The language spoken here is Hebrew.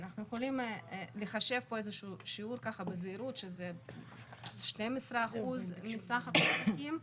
אנחנו יכולים לחשב פה איזה שהוא שיעור בזהירות שזה 12% מסך כל התיקים.